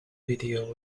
video